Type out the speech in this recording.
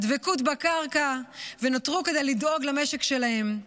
את הדבקות בקרקע, ונותרו כדי לדאוג למשק שלהם.